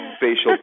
facial